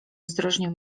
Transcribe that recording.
ostrożnie